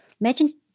Imagine